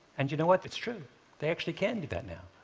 and you know what, it's true they actually can do that now.